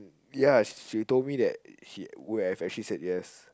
ya she told me that she would've actually said yes